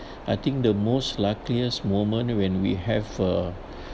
I think the most luckiest moment when we have a